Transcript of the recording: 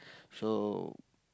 so